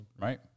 Right